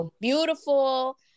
beautiful